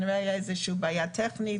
הייתה כנראה בעיה טכנית.